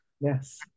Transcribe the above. Yes